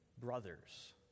brothers